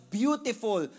beautiful